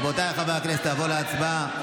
רבותיי חברי הכנסת, נעבור להצבעה על